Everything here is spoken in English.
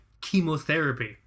chemotherapy